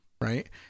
right